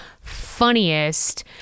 funniest